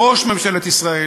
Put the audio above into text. ראש ממשלת ישראל,